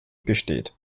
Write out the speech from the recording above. besteht